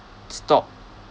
stop